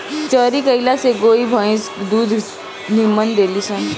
चरी कईला से गाई भंईस दूध निमन देली सन